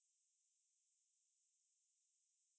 oh you you like you don't like non fiction books